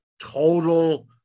total